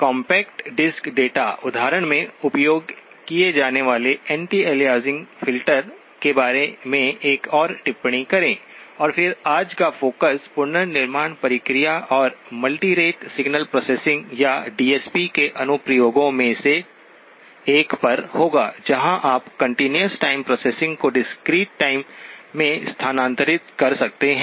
compact disc data उदाहरण में उपयोग किए जाने वाले एंटी अलियासिंग फिल्टर के बारे में एक और टिप्पणी करें और फिर आज का फोकस पुनर्निर्माण प्रक्रिया और मल्टीरेट सिग्नल प्रोसेसिंग या डीएसपी के अनुप्रयोगों में से एक पर होगा जहां आप कंटीन्यूअस टाइम प्रोसेसिंग को डिस्क्रीट टाइम में स्थानांतरित कर सकते हैं